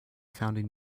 founding